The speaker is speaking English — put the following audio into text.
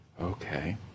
Okay